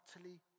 utterly